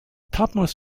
topmost